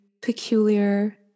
peculiar